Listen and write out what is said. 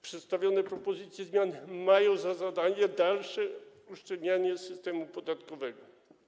Przedstawione propozycje zmian mają za zadanie dalsze uszczelnianie systemu podatkowego.